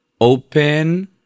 open